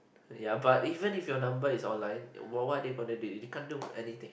ya but even if your number is online what what are they gonna do they they can't do anything